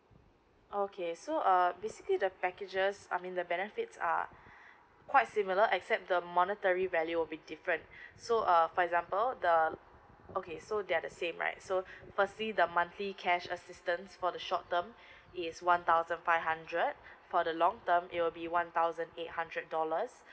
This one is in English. okay so uh basically the packages I mean the benefits are quite similar except the monetary value will be different so uh for example the uh okay so that are same right so firstly the monthly cash assistance for the short term is one thousand five hundred for the long term it will be one thousand eight hundred dollars